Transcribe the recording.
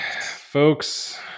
folks